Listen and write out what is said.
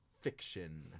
Fiction